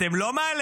אתם לא מעליהם,